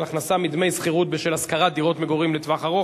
הכנסה מדמי שכירות בשל השכרת דירות מגורים לטווח ארוך),